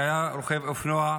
הוא היה רוכב אופנוע.